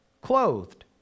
clothed